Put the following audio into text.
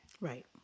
Right